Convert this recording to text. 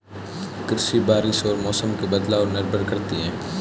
कृषि बारिश और मौसम के बदलाव पर निर्भर करती है